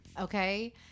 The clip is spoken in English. okay